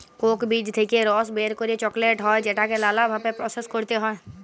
Coke বীজ থেক্যে রস বের করে চকলেট হ্যয় যেটাকে লালা ভাবে প্রসেস ক্যরতে হ্য়য়